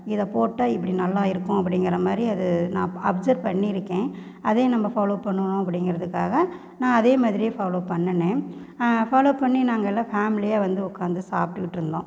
இதை போட்டால் இப்படி நல்லா இருக்கும் அப்படிங்கற மாதிரி அதை நான் அப்சர் பண்ணியிருக்கேன் அதே நம்ம ஃபாலோ பண்ணுவோம் அப்டிங்கறத்துக்காக நான் அதே மாதிரியே ஃபாலோ பண்ணினேன் ஃபாலோ பண்ணி நாங்கள் எல்லாம் ஃபேமிலியாக வந்து உட்காந்து சாப்ட்டுகிட்டு இருந்தோம்